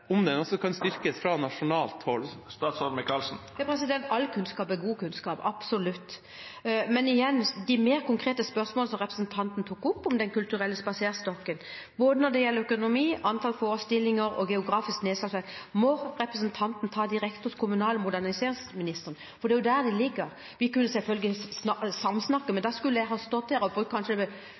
om den også kan styrkes fra nasjonalt hold. All kunnskap er god kunnskap, absolutt. Men igjen: De mer konkrete spørsmålene som representanten tok opp om Den kulturelle spaserstokken, når det gjelder både økonomi, antall forestillinger og geografisk nedslagsfelt, må representanten ta direkte med kommunal- og moderniseringsministeren, for det er der dette ligger. Vi kunne selvfølgelig samsnakket, men da ville jeg stått her og